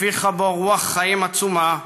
הפיחה בו רוח חיים עצומה,